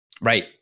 Right